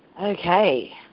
Okay